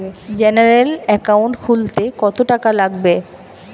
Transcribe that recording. General account খুলতে কত টাকা লাগবে?